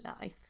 life